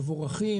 מבורכים,